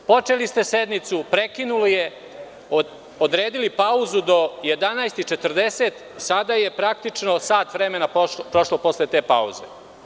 Počeli ste sednicu, prekinuli je, odredili pauzu do 11,40, sada je praktično sat vremena prošlo posle te pauze.